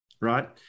Right